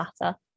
matter